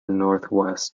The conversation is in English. northwest